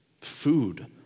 Food